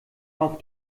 auf